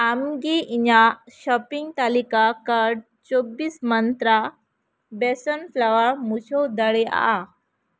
ᱟᱢᱜᱮ ᱤᱧᱟ ᱜ ᱥᱚᱯᱤᱝ ᱛᱟᱞᱤᱠᱟ ᱠᱟᱨᱰ ᱪᱚᱵᱵᱤᱥ ᱢᱟᱱᱛᱨᱟ ᱵᱮᱥᱚᱱ ᱯᱷᱞᱟᱣᱟᱨ ᱢᱩᱪᱟ ᱣ ᱫᱟᱲᱮᱭᱟᱜᱼᱟ